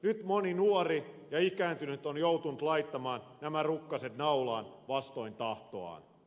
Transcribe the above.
nyt moni nuori ja ikääntynyt on joutunut laittamaan nämä rukkaset naulaan vastoin tahtoaan